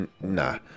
Nah